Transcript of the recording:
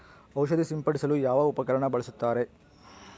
ಔಷಧಿ ಸಿಂಪಡಿಸಲು ಯಾವ ಉಪಕರಣ ಬಳಸುತ್ತಾರೆ?